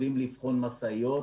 יודעים לבחון משאיות.